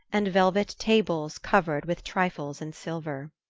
and velvet tables covered with trifles in silver.